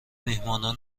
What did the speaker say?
میهمانان